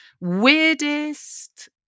weirdest